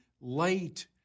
light